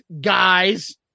guys